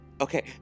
Okay